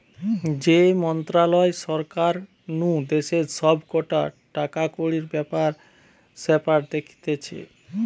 যে মন্ত্রণালয় সরকার নু দেশের সব কটা টাকাকড়ির ব্যাপার স্যাপার দেখতিছে